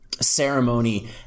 ceremony